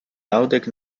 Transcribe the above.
naŭdek